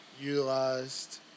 utilized